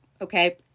okay